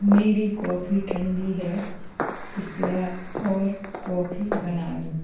मेरी कॉफ़ी ठंडी है कृपया और कॉफ़ी बना दो